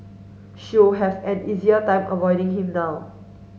she'll have an easier time avoiding him now